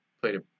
played